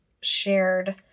shared